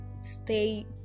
stay